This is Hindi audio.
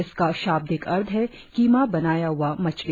इसका शाब्दिक अर्थ है कीमा बनाया हआ मछली